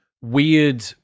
weird